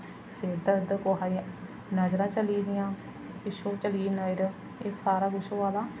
सिर दर्द कुसा दी नज़रां चली गेदियां पिच्छूं चली गेई नजर एह् सारा कुछ होआ दा